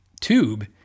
tube